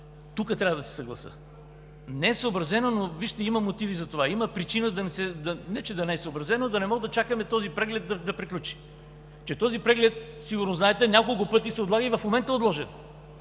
Тук трябва да се съглася. Не е съобразен, но, вижте, има мотиви за това, има причина да не е – не да не е съобразено, а да не може да чакаме този преглед да приключи. Този преглед, сигурно знаете, няколко пъти се отлага. И в момента е отложен.